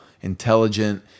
intelligent